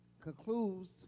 concludes